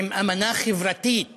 עם אמנה חברתית